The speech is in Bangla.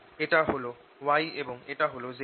এটা হল y এবং এটা হল z